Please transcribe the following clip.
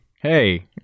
Hey